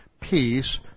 Peace